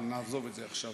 אבל נעזוב את זה עכשיו,